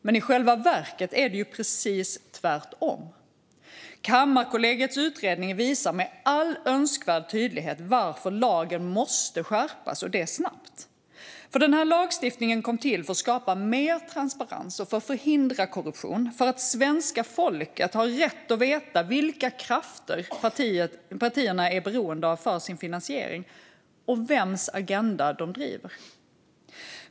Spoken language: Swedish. Men i själva verket är det precis tvärtom. Kammarkollegiets utredning visar med all önskvärd tydlighet varför lagen måste skärpas och det snabbt. Den här lagstiftningen kom till för att skapa mer transparens och förhindra korruption. Svenska folket har rätt att veta vilka krafter partierna är beroende av för sin finansiering och vems agenda de driver.